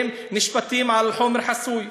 הם נשפטים על חומר חסוי.